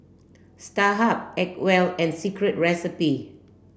Starhub Acwell and Secret Recipe